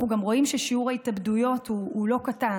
אנחנו גם רואים ששיעור ההתאבדויות הוא לא קטן.